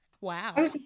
Wow